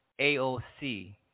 AOC